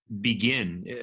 begin